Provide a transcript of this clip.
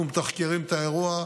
אנחנו מתחקרים את האירוע,